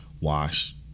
Wash